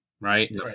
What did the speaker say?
right